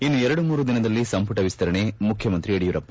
ಇನ್ನು ಎರಡು ಮೂರು ದಿನದಲ್ಲಿ ಸಂಪುಟ ವಿಸ್ತರಣೆ ಮುಖ್ಯಮಂತ್ರಿ ಯಡಿಯೂರಪ್ಪ